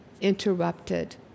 interrupted